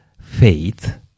faith